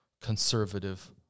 conservative